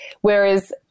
Whereas